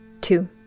Two